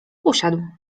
usiadł